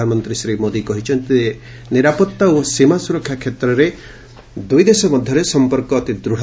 ପ୍ରଧାନମନ୍ତ୍ରୀ ଶ୍ରୀ ମୋଦି କହିଚ୍ଚନ୍ତି ଯେ ନିରାପତ୍ତା ଓ ସୀମା ସୁରକ୍ଷା କ୍ଷେତ୍ରରେ ଦୁଇଦେଶ ମଧ୍ୟରେ ସଂପର୍କ ଅତି ଦୃଢ଼